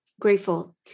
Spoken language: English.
Grateful